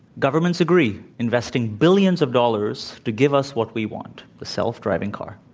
governments agree, investing billions of dollars to give us what we want the self-driving car.